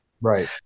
Right